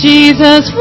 Jesus